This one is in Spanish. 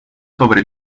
sobre